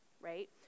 right